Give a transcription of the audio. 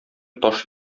таш